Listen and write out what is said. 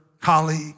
colleague